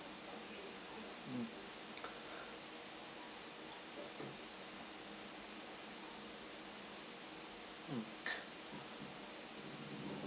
mm mm